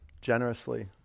Generously